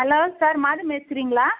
hello sir Madhu மேஸ்திரிங்களா